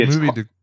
movie